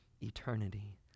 eternity